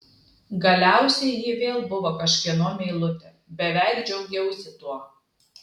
galiausiai ji vėl buvo kažkieno meilutė beveik džiaugiausi tuo